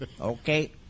Okay